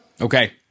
Okay